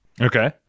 Okay